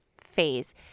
phase